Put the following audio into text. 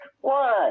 One